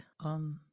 on